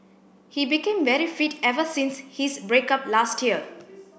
he became very fit ever since his break up last year